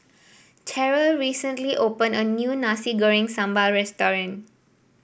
Terrell recently opened a new Nasi Goreng Sambal Restaurant